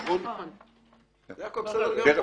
אבל עדיין יעמוד לדין על פי חומרת העבירה.